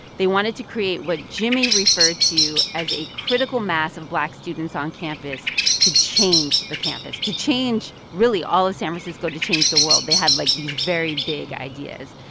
they wanted to create what jimmy referred to as a critical mass of black students on campus to change the campus, to change, really, all of san francisco, to change the world. they had, like, these very big ideas.